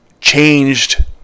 changed